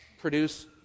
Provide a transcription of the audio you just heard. produce